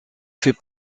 fait